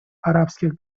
арабских